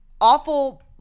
awful